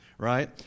right